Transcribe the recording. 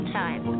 time